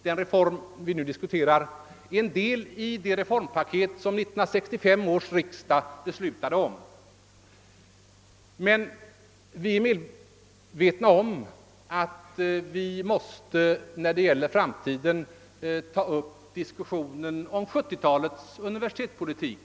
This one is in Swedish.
— Den reform vi nu diskuterar är en del av det reformpaket som 1965 års riksdag fattade beslut om. Men vi är medvetna om att vi när det gäller framtiden måste ta upp diskussionen om 1970-talets universitetspolitik.